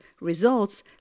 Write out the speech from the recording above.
results